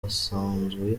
asanzwe